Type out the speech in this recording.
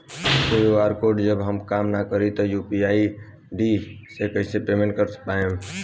QR code जब काम ना करी त यू.पी.आई आई.डी से कइसे पेमेंट कर पाएम?